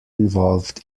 involved